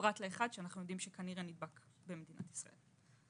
פרט לאחד שאנחנו יודעים שכנראה נדבק במדינת ישראל.